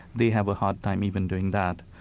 they have a hard time even doing that.